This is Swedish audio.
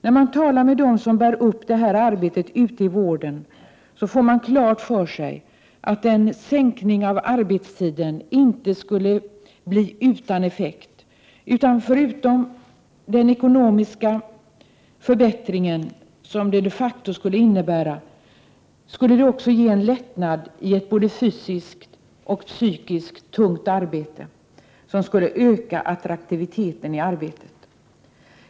När man talar med dem som bär upp detta arbete ute i vården får man klart för sig att en förkortning av arbetstiden inte skulle bli utan effekt. Förutom den ekonomiska förbättring som det de facto skulle innebära, skulle det ge en lättnad i ett både fysiskt och psykiskt tungt arbete, vilket skulle öka attraktiviteten i arbetet.